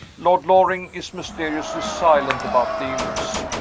lord loring is mysteriously silent about the illness.